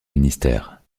ministères